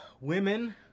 women